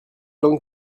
langue